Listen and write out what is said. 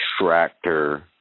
extractor